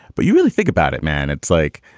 but you really think about it, man. it's like,